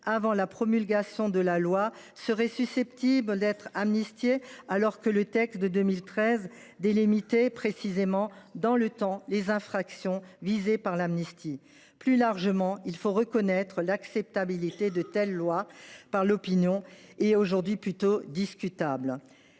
avant la promulgation de la loi seraient susceptibles d’être amnistiées, alors que le texte de 2013 délimitait précisément dans le temps les infractions entrant dans le champ de l’amnistie. Plus largement, il faut reconnaître que l’acceptabilité de telles lois par l’opinion est aujourd’hui plutôt discutable.